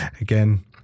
Again